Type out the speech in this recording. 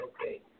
okay